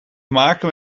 maken